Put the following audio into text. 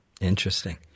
Interesting